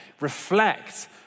Reflect